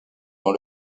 dans